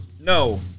No